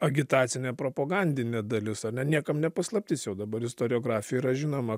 agitacinė propagandinė dalis ane niekam ne paslaptis jau dabar istoriografijoj yra žinoma